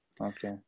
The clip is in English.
okay